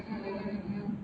mmhmm mm mm